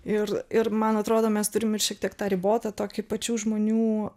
ir ir man atrodo mes turim ir šiek tiek tą ribotą tokį pačių žmonių